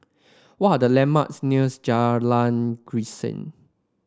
what are the landmarks near Jalan Grisek